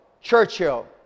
Churchill